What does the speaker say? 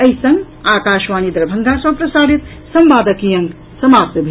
एहि संग आकाशवाणी दरभंगा सँ प्रसारित संवादक ई अंक समाप्त भेल